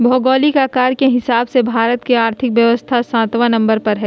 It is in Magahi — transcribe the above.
भौगोलिक आकार के हिसाब से भारत के और्थिक व्यवस्था सत्बा नंबर पर हइ